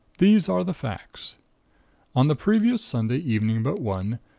these are the facts on the previous sunday evening but one,